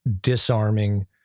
disarming